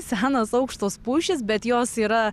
senos aukštos pušys bet jos yra